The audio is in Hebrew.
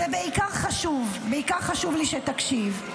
זה בעיקר חשוב לי שתקשיב.